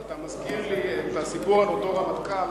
אתה מזכיר לי את הסיפור על אותו רמטכ"ל